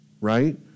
right